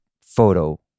photo